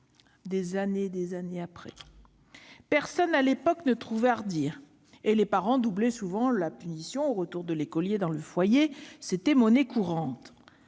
des années et des années après. Personne, à l'époque, n'y trouvait rien à redire et les parents doublaient souvent la punition au retour de l'écolier dans le foyer. C'était monnaie courante.